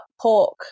pork